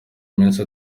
iminsi